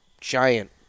giant